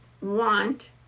want